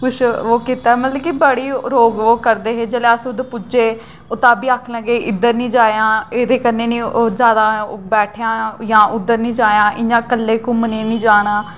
किश ओह् कीता मतलब कि जिसलै अस्स पुज्जे ओह् तांऽ बी आक्खन लगे इद्दर नीं जायां उद्दर नीं जायां एह्दे कन्नै नीं जायां उद्दर नीं जायां कल्लें घुम्मने नीं जायां